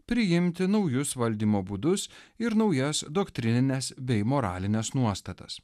priimti naujus valdymo būdus ir naujas doktrinines bei moralines nuostatas